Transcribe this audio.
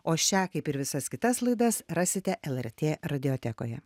o šią kaip ir visas kitas laidas rasite lrt radijotekoje